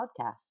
podcast